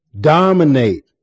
dominate